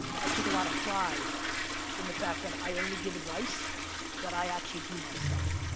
i take a lot of pride in the fact that i only give advice that i actually do myself.